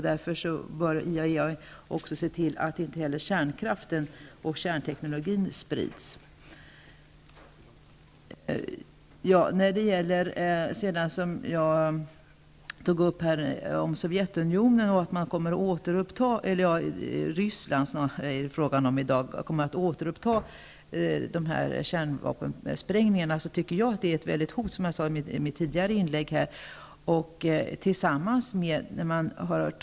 Därför bör IAEA också arbeta för att inte kunskapen om kärnkraften och kärnteknologin sprids. Vidare har vi frågan om Ryssland kommer att återuppta kärnvapensprängningarna. Som jag sade i mitt tidigare inlägg anser jag att det här utgör ett hot.